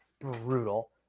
brutal